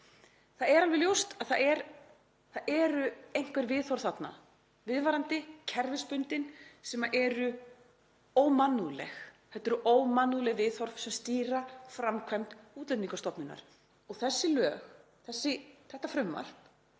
Það er alveg ljóst að það eru einhver viðhorf þarna, viðvarandi, kerfisbundin, sem eru ómannúðleg. Þetta eru ómannúðleg viðhorf sem stýra framkvæmd Útlendingastofnunar. Þetta frumvarp,